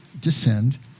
descend